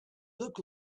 look